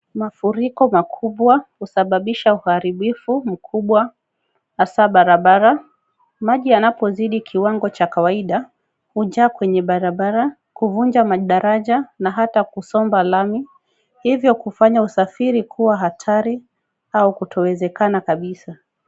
Mafuriko makubwa husababisha uharibifu mkubwa hasaa barabara, maji yanapozidi kiwango cha kawaida hujaa kwenye barabara, kuvunja madaraja na hata pia kusomba lami, hivyo kufanya usafiri kuwa hatari na kutowezekana kabisa.